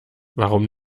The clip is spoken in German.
warum